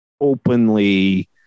openly